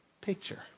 picture